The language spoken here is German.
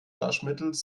waschmittels